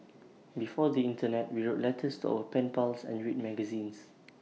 before the Internet we wrote letters our pen pals and read magazines